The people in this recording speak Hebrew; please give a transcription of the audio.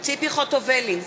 ציפי חוטובלי,